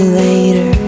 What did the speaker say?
later